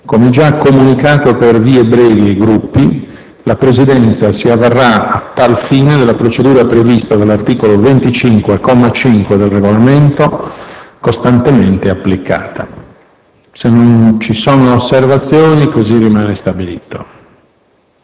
Come giacomunicato per le vie brevi ai Gruppi, la Presidenza si avvarra a tal fine della procedura prevista dall’articolo 25, comma 5, del Regolamento, costantemente applicata. Se non si fanno osservazioni, cosırimane stabilito.